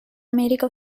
america